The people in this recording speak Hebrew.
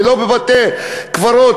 ולא בבתי-קברות,